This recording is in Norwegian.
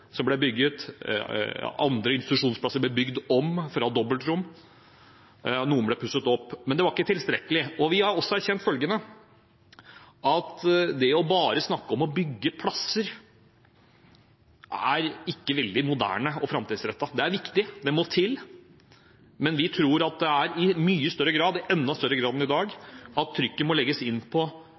institusjonsplasser ble bygd om fra dobbeltrom, og noen ble pusset opp. Men det var ikke tilstrekkelig. Vi har også erkjent følgende: Det å bare snakke om å bygge plasser er ikke veldig moderne og framtidsrettet. Det er viktig, det må til, men vi tror at trykket i enda større grad enn i dag må legges på